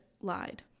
lied